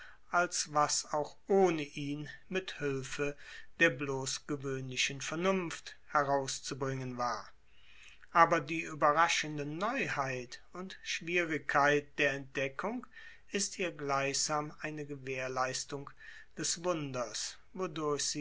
als was auch ohne ihn mit hülfe der bloß gewöhnlichen vernunft herauszubringen war aber die überraschende neuheit und schwierigkeit der entdeckung ist hier gleichsam eine gewährleistung des wunders